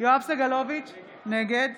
יואב סגלוביץ' נגד